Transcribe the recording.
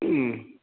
हूँ